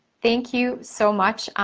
thank you so much,